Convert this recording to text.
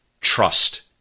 trust